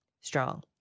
strong